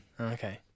Okay